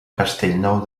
castellnou